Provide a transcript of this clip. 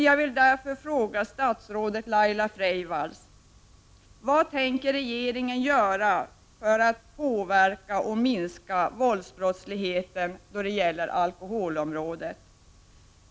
Jag vill därför fråga statsrådet Laila Freivalds: Vad tänker regeringen göra för att påverka och minska våldsbrottsligheten då det gäller alkoholområdet?